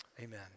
amen